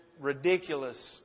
ridiculous